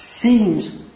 seems